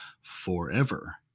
forever